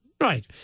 Right